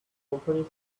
company